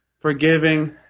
forgiving